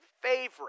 favorite